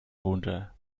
runter